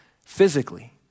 physically